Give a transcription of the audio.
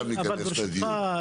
ברשותך,